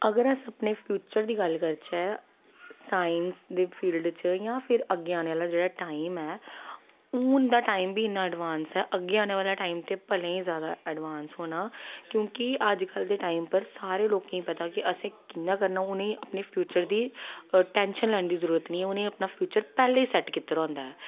अगर अस अपने फ्यूचर दी गल्ल करचै साइंस दी फील्ड च जां फिर अग्गें आने आह्ला जेह्ड़ा टाईम ऐ हून दा टाईम बी इ'न्ना एडवांस ऐ अग्गें आने आह्ला टाईम ते भलेआं गै जादा एडवांस होना क्योंकि अज्जकल दे टाईम पर सारें लोकें गी पता कि असें कि'यां करना उ'नें ई अपने फ्यूचर दी टेंशन लैने दी जरूरत निं होनी उ'नें अपना फ्यूचर पैह्लें ई सेट कीते दा होंदा ऐ